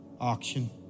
auction